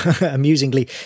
amusingly